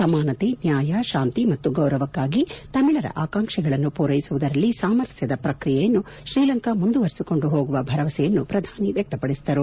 ಸಮಾನತೆ ನ್ಯಾಯ ಶಾಂತಿ ಮತ್ತು ಗೌರವಕ್ಕಾಗಿ ತಮಿಳರ ಆಕಾಂಕ್ಷೆಗಳನ್ನು ಪೂರೈಸುವುದರಲ್ಲಿ ಸಾಮರಸ್ಕದ ಪ್ರಕ್ರಿಯೆಯನ್ನು ಶ್ರೀಲಂಕಾ ಮುಂದುವರಿಸಿಕೊಂಡು ಹೋಗುವ ತಮ್ಮ ಭರವಸೆಯನ್ನು ಪ್ರಧಾನಿ ವ್ಯಕ್ತಪಡಿಸಿದರು